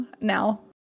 now